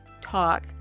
talk